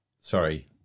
Sorry